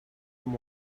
them